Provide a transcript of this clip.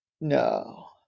no